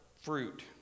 fruit